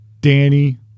Danny